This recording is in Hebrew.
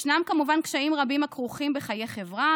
ישנם כמובן קשיים רבים הכרוכים בחיי חברה,